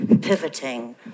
pivoting